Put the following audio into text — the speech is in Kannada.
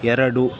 ಎರಡು